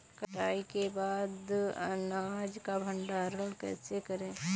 कटाई के बाद अनाज का भंडारण कैसे करें?